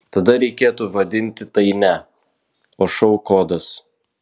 tada reikėtų vadinti tai ne o šou kodas